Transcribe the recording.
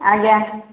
ଆଜ୍ଞା